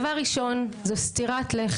דבר ראשון, זו סטירת לחי.